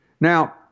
Now